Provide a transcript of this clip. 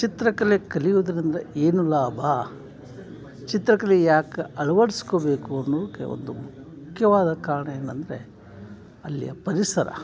ಚಿತ್ರಕಲೆ ಕಲಿಯುವುದ್ರಿಂದ ಏನು ಲಾಭ ಚಿತ್ರಕಲೆ ಯಾಕೆ ಅಳವಡ್ಸ್ಕೊಬೇಕು ಅನ್ನೋದ್ಕೆ ಒಂದು ಮುಖ್ಯವಾದ ಕಾರಣ ಏನಂದರೆ ಅಲ್ಲಿಯ ಪರಿಸರ